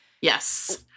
Yes